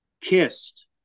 Kissed